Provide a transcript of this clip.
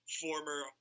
former